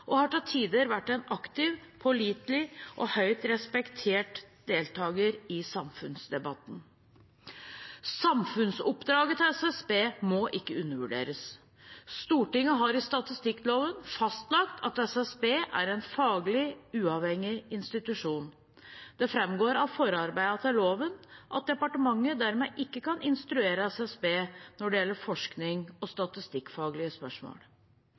og har til tider vært en aktiv, pålitelig og høyt respektert deltaker i samfunnsdebatten. Samfunnsoppdraget til SSB må ikke undervurderes. Stortinget har i statistikkloven fastlagt at SSB er en faglig uavhengig institusjon. Det framgår av forarbeidene til loven at departementet dermed ikke kan instruere SSB når det gjelder forskning og statistikkfaglige spørsmål.